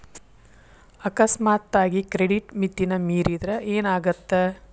ಅಕಸ್ಮಾತಾಗಿ ಕ್ರೆಡಿಟ್ ಮಿತಿನ ಮೇರಿದ್ರ ಏನಾಗತ್ತ